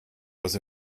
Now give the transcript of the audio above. was